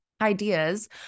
ideas